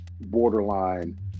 borderline